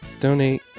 donate